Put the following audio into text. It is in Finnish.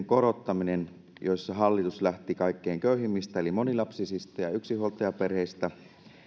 korottaminen missä hallitus lähti kaikkein köyhimmistä eli monilapsisista ja yksinhuoltajaperheistä